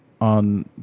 on